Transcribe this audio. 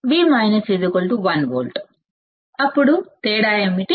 అప్పుడు voltage difference ఏమిటి